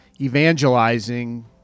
evangelizing